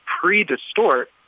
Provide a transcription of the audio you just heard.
pre-distort